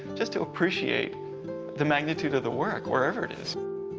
just to appreciate the magnitude of the work, wherever it is.